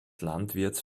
landwirts